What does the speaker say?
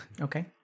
okay